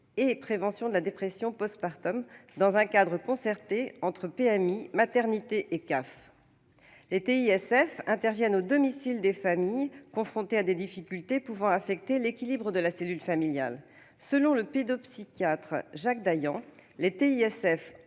et prévention de la dépression post-partum, dans un cadre concerté entre PMI, maternité et CAF. Les TISF interviennent au domicile des familles confrontées à des difficultés pouvant affecter l'équilibre de la cellule familiale. Selon le pédopsychiatre Jacques Dayan, « les TISF